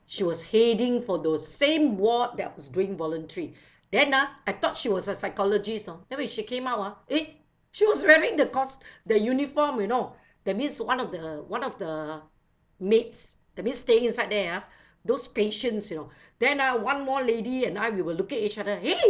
she was heading for those same ward that I was doing voluntary then ah I thought she was a psychologist you know then when she came out ah eh she was wearing the cos~ the uniform you know that means one of the one of the mates that means staying inside there ah those patients you know then ah one more lady and I we were looking at each other !hey!